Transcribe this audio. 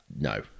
No